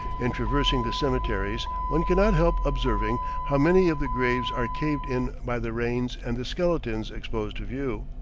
in traversing the cemeteries, one cannot help observing how many of the graves are caved in by the rains and the skeletons exposed to view.